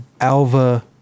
alva